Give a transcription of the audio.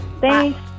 Thanks